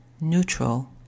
neutral